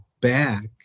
back